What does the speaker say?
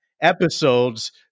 episodes